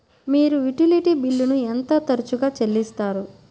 మీరు యుటిలిటీ బిల్లులను ఎంత తరచుగా చెల్లిస్తారు?